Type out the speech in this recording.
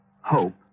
hope